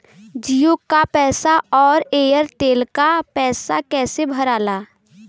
जीओ का पैसा और एयर तेलका पैसा कैसे भराला?